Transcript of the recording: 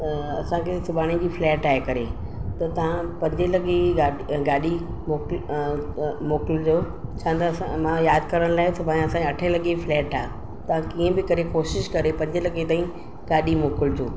त असांखे सुभाणे जी फ्लाइट आहे करे त तव्हां पंजें लॻे ई गाॾ गाॾी मोकिल मोकिलिजो छा न त असां मां यादि करण लाइ सुभाणे अठें लॻे फ्लैट आहे तव्हां कीअं बि करे कोशिशि करे पंजें लॻे ताईं गाॾी मोकिलिजो